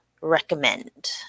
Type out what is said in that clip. recommend